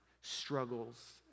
struggles